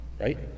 Right